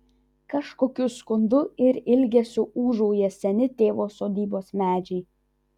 kažkokiu skundu ir ilgesiu ūžauja seni tėvo sodybos medžiai